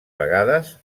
vegades